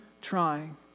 trying